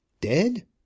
dead